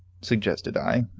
suggested i,